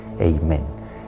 Amen